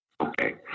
Okay